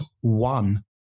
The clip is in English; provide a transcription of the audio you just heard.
one